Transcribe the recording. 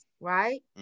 right